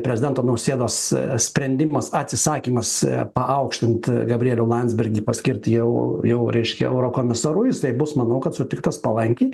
prezidento nausėdos sprendimas atsisakymas paaukštint gabrielių landsbergį paskirti jau jau reiškia eurokomisaru jisai bus manau kad sutiktas palankiai